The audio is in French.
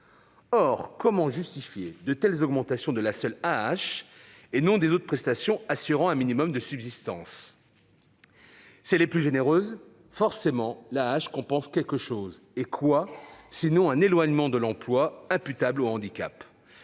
Comment justifier de telles augmentations pour la seule AAH, et non pour les autres prestations assurant un minimum de subsistance ? Si elle est plus généreuse, l'AAH compense forcément quelque chose. Et quoi, sinon un éloignement de l'emploi imputable au handicap ?